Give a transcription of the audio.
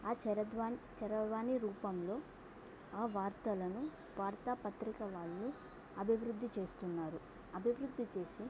ఆ చరద్వా చరవాణి రూపంలో ఆ వార్తలను వార్తా పత్రిక వాళ్ళు అభివృద్ధి చేస్తున్నారు అభివృద్ధి చేసి